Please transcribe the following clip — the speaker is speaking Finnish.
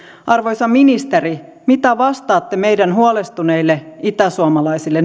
arvoisa ministeri mitä vastaatte meidän huolestuneille itäsuomalaisille